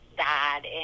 dad